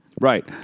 Right